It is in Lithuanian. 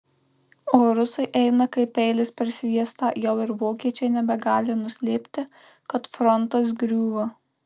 o rusai eina kaip peilis per sviestą jau ir vokiečiai nebegali nuslėpti kad frontas griūva